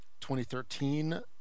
2013